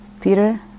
Peter